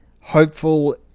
hopeful